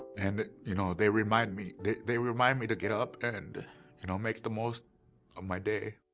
and you know they remind me they remind me to get up and you know, make the most of my day.